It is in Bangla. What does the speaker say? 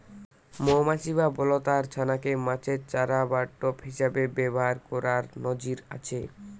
মউমাছি বা বলতার ছানা কে মাছের চারা বা টোপ হিসাবে ব্যাভার কোরার নজির আছে